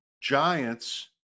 Giants